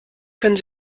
können